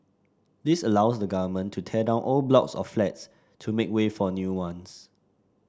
this allows the Government to tear down old blocks of flats to make way for new ones